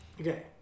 Okay